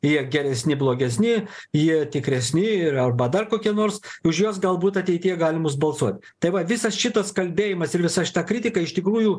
jie geresni blogesni jie tikresni ir arba dar kokie nors už juos galbūt ateityje galima bus balsuoti tai va visas šitas kalbėjimas ir visa šita kritika iš tikrųjų